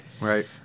Right